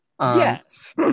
Yes